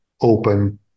open